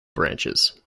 branches